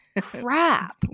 crap